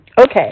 Okay